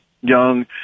young